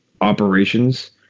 operations